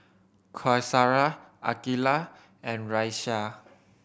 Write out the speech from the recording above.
Qaisara Aqilah and Raisya